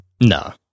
No